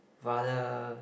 rather